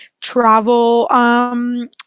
travel